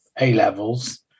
A-levels